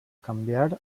canviar